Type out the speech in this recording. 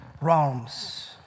realms